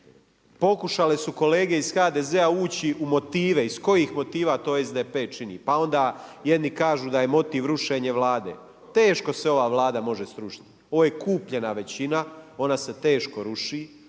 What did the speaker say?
Pokušale su kolege iz HDZ-a ući u motive iz kojih motiva to SDP čini pa onda jedni kažu da je motiv rušenje Vlade. Teško se ova Vlada može srušiti. Ovo je kupljena većina, ona se teško ruši.